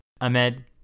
Ahmed